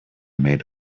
made